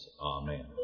Amen